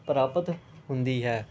ਪ੍ਰਾਪਤ ਹੁੰਦੀ ਹੈ